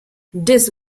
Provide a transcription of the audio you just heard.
these